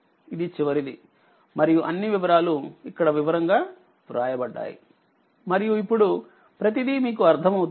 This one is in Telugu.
ఇది చివరిదిమరియు అన్ని వివరాలు ఇక్కడ వివరంగా వ్రాయబడ్డాయి మరియు ఇప్పుడు ప్రతిదీ మీకు అర్ధమవుతుంది